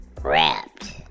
wrapped